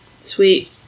Sweet